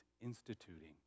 instituting